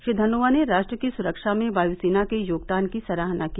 श्री धनोआ ने राष्ट्र की स्रक्षा में वायुसेना के योगदान की सराहना की